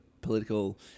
political